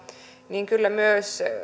niin kyllä myös